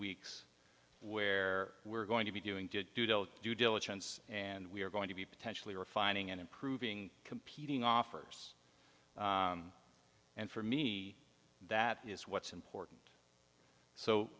weeks where we're going to be doing to do the due diligence and we're going to be potentially refining and improving competing offers and for me that is what's important so